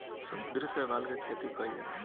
समुद्री शैवाल के खेती कईल जाला